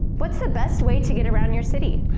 what's the best way to get around your city?